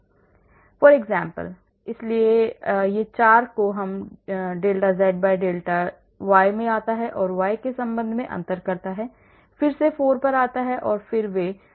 उदाहरण के लिए इसलिए यह 4 को dou z dou y में आता है और y के संबंध में अंतर करता है फिर से 4 पर आता है फिर से वे 0 हैं